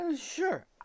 Sure